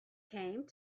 came